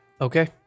Okay।